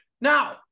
now